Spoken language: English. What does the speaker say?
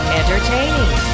entertaining